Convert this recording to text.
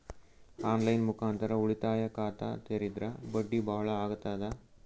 On line ಮುಖಾಂತರ ಉಳಿತಾಯ ಖಾತ ತೇರಿದ್ರ ಬಡ್ಡಿ ಬಹಳ ಅಗತದ?